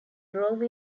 grove